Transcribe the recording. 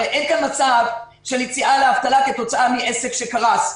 הרי אין כאן מצב של יציאה לאבטלה כתוצאה מעסק שקרס,